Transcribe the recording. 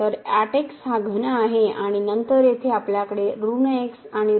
तर 8 x हा घन आहे आणि नंतर येथे आपल्याकडे ऋण x आणि ऋण 2 x आहे